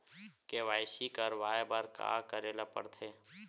KYC करवाय बर का का करे ल पड़थे?